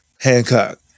Hancock